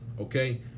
okay